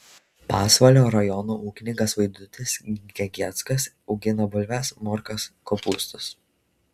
pasvalio rajono ūkininkas vaidutis gegieckas augina bulves morkas kopūstus